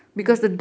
mm